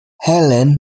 Helen